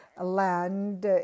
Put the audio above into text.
land